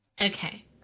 Okay